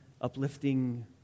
uplifting